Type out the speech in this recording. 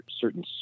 certain